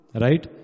right